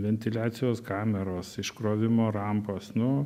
ventiliacijos kameros iškrovimo rampos nu